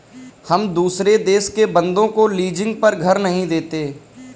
हम दुसरे देश के बन्दों को लीजिंग पर घर नहीं देते